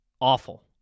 awful